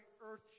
earth